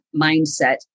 mindset